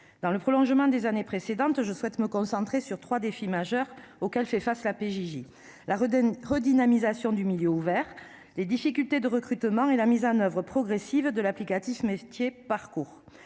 Dans le prolongement des années précédentes, je souhaite me concentrer sur trois défis majeurs auxquels fait face la protection judiciaire de la jeunesse (PJJ) : la redynamisation du milieu ouvert, les difficultés de recrutement et la mise en oeuvre progressive de l'applicatif métier Parcours.